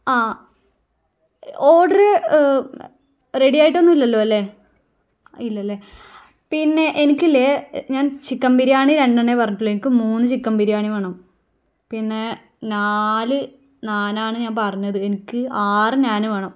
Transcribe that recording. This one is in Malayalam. ആ ഓർഡറ് റെഡി ആയിട്ടൊന്നുമില്ലല്ലോ അല്ലേ ഇല്ലല്ലേ പിന്നെ എനിക്കില്ലേ ഞാൻ ചിക്കൻ ബിരിയാണി രണ്ടെണ്ണമേ പറഞ്ഞിട്ടുള്ളൂ എനിക്ക് മൂന്ന് ചിക്കൻ ബിരിയാണി വേണം പിന്നെ നാല് നാനാണ് ഞാൻ പറഞ്ഞത് എനിക്ക് ആറ് നാന് വേണം